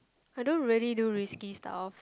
I don't really do risky stuff